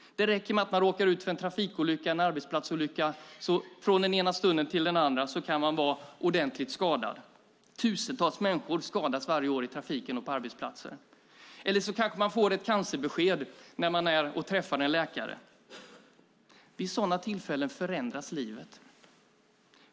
Det räcker med att man råkar ut för en trafikolycka eller arbetsplatsolycka. Från den ena stunden till den andra kan man vara ordentligt skadad. Tusentals människor skadas varje år i trafiken eller på arbetsplatser. Eller man kanske får ett cancerbesked när man träffar en läkare. Vid sådana tillfällen förändras livet.